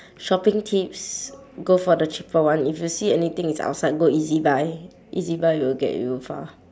shopping tips go for the cheaper one if you see anything it's outside go E_Z buy E_Z buy will get you far